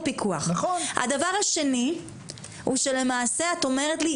הדבר השני הוא שלמעשה את אומרת לי,